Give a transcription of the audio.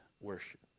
worship